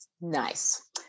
Nice